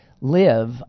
live